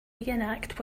reenact